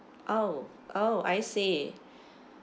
oh oh I see